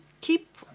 keep